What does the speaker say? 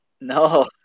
No